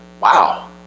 wow